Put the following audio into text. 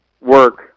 work